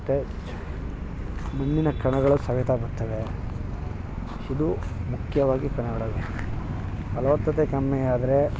ಮತ್ತೆ ಮಣ್ಣಿನ ಕಣಗಳ ಸವೆತ ಆಗುತ್ತವೆ ಇದು ಮುಖ್ಯವಾಗಿ ಕಣಗಳ ಫಲವತ್ತತೆ ಕಮ್ಮಿಯಾದರೆ